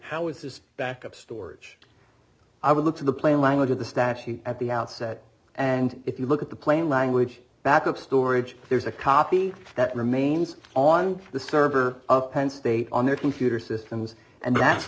this backup storage i would look to the plain language of the statute at the outset and if you look at the plain language back up storage there's a copy that remains on the server of penn state on their computer systems and that's